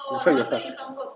that's why got guitar